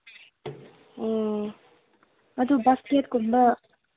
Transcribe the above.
ꯑꯣ ꯑꯗꯨ ꯕꯥꯁꯀꯦꯠꯀꯨꯝꯕ